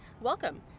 Welcome